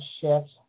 shift